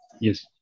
Yes